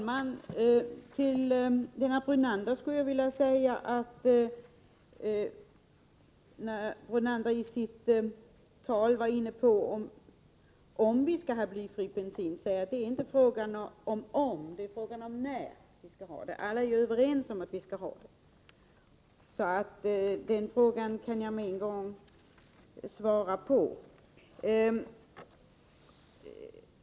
Herr talman! I sitt anförande undrade Lennart Brunander om vi skall ha blyfri bensin. Men det gäller inte om vi skall ha det, utan när det skall införas. Det är vi ju alla överens om.